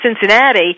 Cincinnati